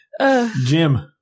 Jim